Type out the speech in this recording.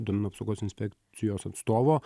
duomenų apsaugos inspekcijos atstovo